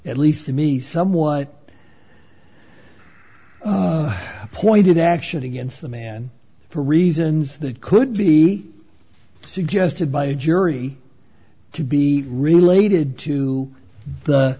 at least to me somewhat pointed action against the man for reasons that could be suggested by a jury to be related to the